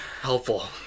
helpful